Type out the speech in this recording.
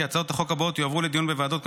הצעות החוק הבאות יועברו לדיון בוועדות,